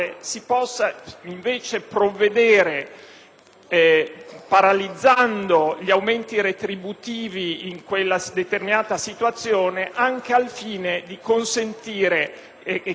paralizzando gli aumenti retributivi in quella determinata situazione, anche al fine di consentire che si crei un incentivo per l'accettazione